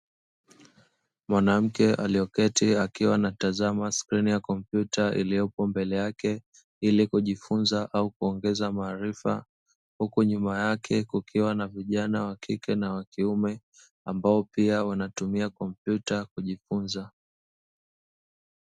Mwanamke aliyoketi akiwa anatazama skrini ya kompyuta iliyopo mbele yake, ili kujifunza au kuongeza maarifa, huku nyuma yake kukiwa na vijana wa kike na wa kiume ambao pia wanatumia kompyuta kujifunza.